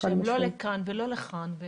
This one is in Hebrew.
הן לא לכאן ולא לכאן.